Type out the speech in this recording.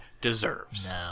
deserves